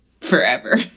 Forever